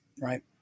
right